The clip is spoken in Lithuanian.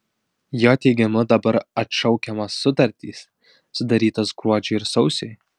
jo teigimu dabar atšaukiamos sutartys sudarytos gruodžiui ir sausiui